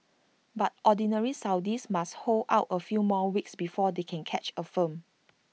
but Ordinary Saudis must hold out A few more weeks before they can catch A film